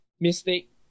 mistake